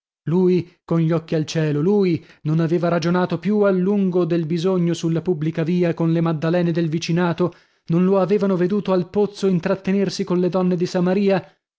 lui con gli occhi al cielo lui non aveva ragionato più a lungo del bisogno sulla pubblica via con le maddalene del vicinato non lo avevano veduto al pozzo intrattenersi con le donne di samaria